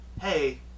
hey